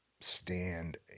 stand